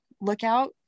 lookout